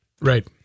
right